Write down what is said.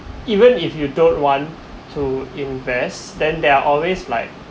even if you don't want to invest then there are always like